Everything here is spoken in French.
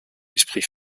esprit